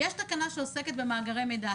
יש תקנה שעוסקת במאגרי מידע.